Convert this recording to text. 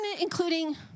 including